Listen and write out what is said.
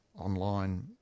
online